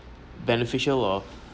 beneficial or